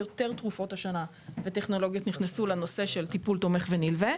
יותר תרופות וטכנולוגיות נכנסו השנה לקטגוריה של טיפול תומך ונלווה.